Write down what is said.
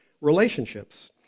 relationships